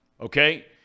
okay